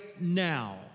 now